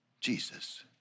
Jesus